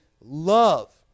love